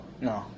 No